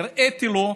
הראיתי לו,